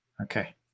okay